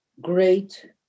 great